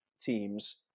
teams